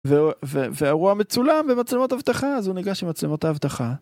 והאירוע מצולם במצלמות האבטחה, אז הוא ניגש למצלמות האבטחה.